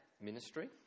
ministry